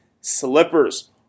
slippers